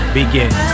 begin